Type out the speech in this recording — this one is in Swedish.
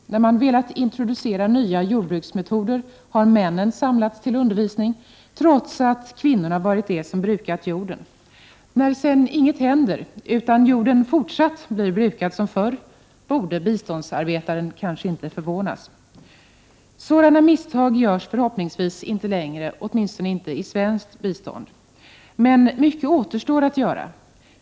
När man har velat introducera nya jordbruksmetoder har männen samlats till undervisning, trots att kvinnorna varit de som brukat jorden. När sedan inget händer, utan jorden blir brukad som förr, borde biståndsarbetarna kanske inte förvånas. Sådana misstag görs förhoppningsvis inte längre, åtminstone inte i svenskt bistånd. Men mycket återstår att göra.